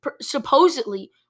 supposedly